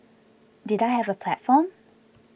did I have a platform